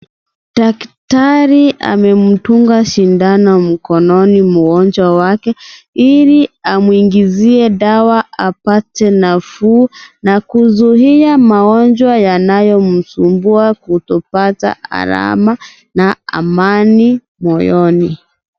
Daktari amemdunga sindano mkononi, mgonjwa wake, ili amwingizie dawa apate nafuu na kuzuia magonjwa yanayomsumbua kupata alama na amani moyoni.